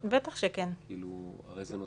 יראו אותו כמשתייך